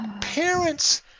parents